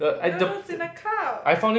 noodles in a cup